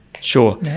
Sure